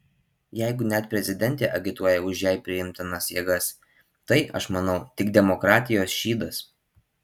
jeigu net prezidentė agituoja už jai priimtinas jėgas tai aš manau tik demokratijos šydas